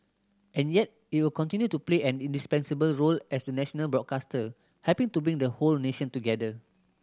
and yet it'll continue to play an indispensable role as the national broadcaster helping to bring the whole nation together